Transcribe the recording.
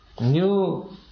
New